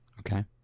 Okay